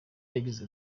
yagize